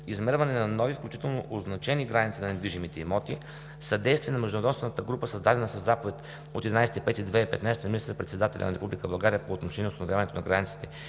Измерване на нови, включително означени граници на недвижимите имоти; - Съдействие на Междуведомствената група, създадена със Заповед от 11 май 2015 г. на министър-председателя на Република България по отношение установяването на границите